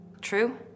true